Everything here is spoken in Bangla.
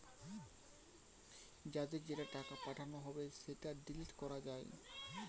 যাদের যে টাকা পাঠানো হবে সেটা ডিলিট করা যায়